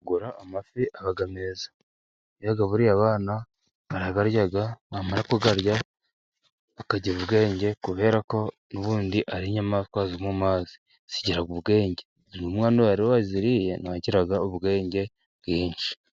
Gura amafi aba meza iyo uyagaburiye abana barayarya bamara kuyarya bakagira ubwenge, kubera ko n'ubundi ari inyamaswa zo mu mazi, zigira ubwenge iyo umwana rero waziriye nawe agira ubwenge bwinshi.